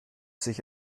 sich